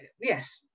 yes